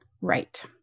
right